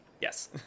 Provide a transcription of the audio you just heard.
Yes